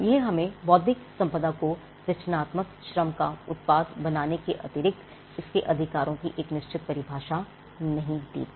यह हमें बौद्धिक संपदा को रचनात्मक श्रम का उत्पाद बताने के अतिरिक्त इसके अधिकारों की एक निश्चित परिभाषा नहीं देती